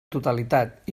totalitat